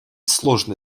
сложные